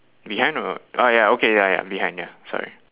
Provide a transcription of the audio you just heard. behind or not uh ya okay ya ya behind ya sorry